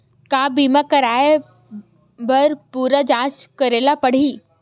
का बीमा कराए बर पूरा जांच करेला पड़थे?